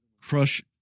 crush